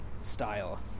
style